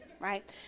right